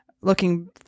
looking